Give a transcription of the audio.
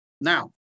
Now